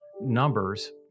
numbers